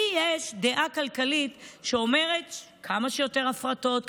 לי יש דעה כלכלית שאומרת: כמה שיותר הפרטות,